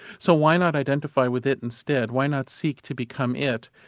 so why not identify with it instead. why not seek to become it?